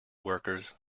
workers